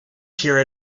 hear